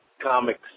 comics